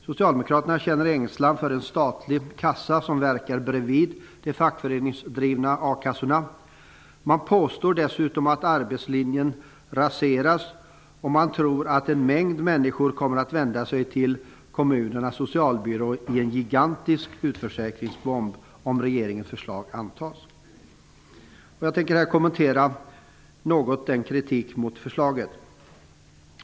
Socialdemokraterna känner ängslan för en statlig kassa som verkar bredvid de fackföreningsdrivna a-kassorna. Man påstår dessutom att arbetslinjen kommer att raseras och tror att en mängd människor kommer att vända sig till kommunernas socialbyråer i en gigantisk utförsäkringsbomb, om regeringens förslag antas. Jag tänker här något kommentera den kritiken mot förslaget.